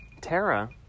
Tara